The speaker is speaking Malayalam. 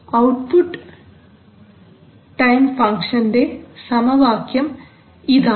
ഔട്ട്പുട്ട് ടൈം ഫംഗ്ഷന്റെ സമവാക്യം ഇതാണ്